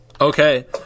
Okay